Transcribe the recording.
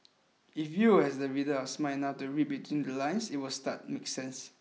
if you as the reader are smart enough to read between the lines it would start make sense